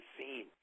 seen